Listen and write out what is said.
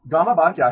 ¯γ क्या है